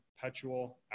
perpetual